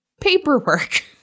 Paperwork